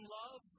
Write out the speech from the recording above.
love